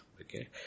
Okay